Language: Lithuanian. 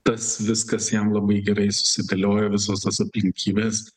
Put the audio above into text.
tas viskas jam labai gerai susidėliojo visos tos aplinkybės